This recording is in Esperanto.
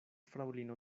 fraŭlino